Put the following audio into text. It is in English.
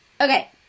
Okay